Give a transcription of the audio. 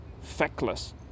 feckless